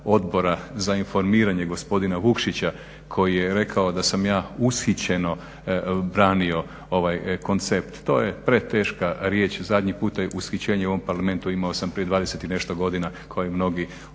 Odbora za informiranje gospodina Vukšića koji je rekao da sam ja ushićeno branio ovaj koncept. To je preteška riječ. Zadnji puta ushićenje u ovom Parlamentu imao sam prije 20 i nešto godina kao i mnogi u